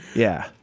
yeah.